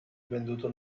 venduto